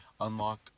unlock